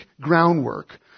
groundwork